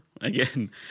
again